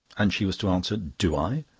and she was to answer, do i?